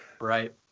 Right